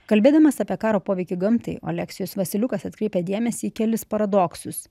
kalbėdamas apie karo poveikį gamtai oleksijus vasiliukas atkreipia dėmesį į kelis paradoksus